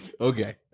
Okay